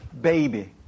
Baby